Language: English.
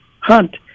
hunt